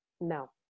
No